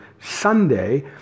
Sunday